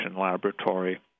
laboratory